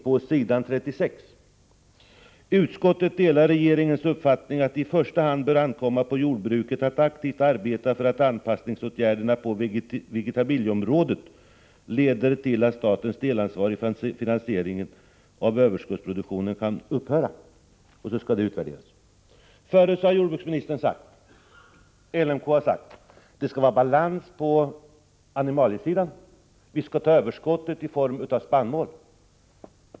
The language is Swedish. Där står det bl.a.: ”Utskottet delar regeringens uppfattning att det i första hand bör ankomma på jordbruket att aktivt arbeta för att anpassningsåtgärderna på vegetabilieområdet leder till att samhällets delansvar i finansieringen av överskottsproduktionen kan upphöra.” Tidigare har jordbruksministern, liksom LMK, sagt att det skall vara balans på animaliesidan. Överskottet skall tas i form av spannmål.